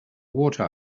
water